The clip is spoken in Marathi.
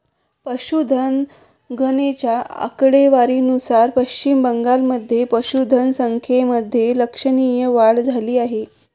पशुधन गणनेच्या आकडेवारीनुसार पश्चिम बंगालमध्ये पशुधन संख्येमध्ये लक्षणीय वाढ झाली आहे